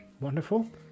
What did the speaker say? wonderful